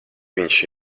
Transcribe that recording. viņš